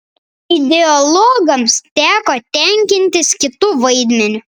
ideologams teko tenkintis kitu vaidmeniu